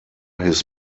his